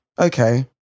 Okay